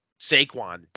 Saquon